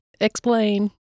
Explain